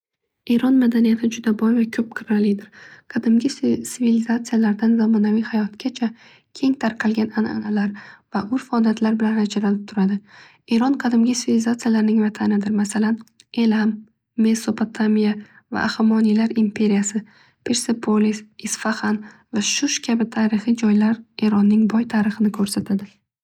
Eron madaniyati juda boy va ko'p qirralidir. Qadimgi svilizatsiyalardan zamonaviy hayotgacha keng tarqalgan ananalar va urf odatlar bilan ajralib turadi. Eron qadimgi svilizatsiyalarning vatanidir. Masalan elam, mesopatamiya va ahamoniylar emperiyasi ersapolis, isfahan va shu kabi tarixiy joylar eronning boy tarixini ko'rsatadi.